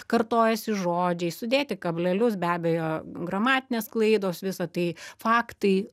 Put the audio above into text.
kartojasi žodžiai sudėti kablelius be abejo gramatinės klaidos visa tai faktai